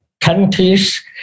countries